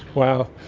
wow,